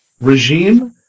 regime